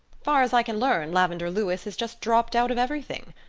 far as i can learn lavendar lewis has just dropped out of everything.